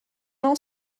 now